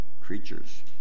creatures